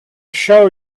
show